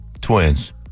twins